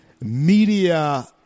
media